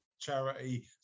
Charity